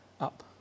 up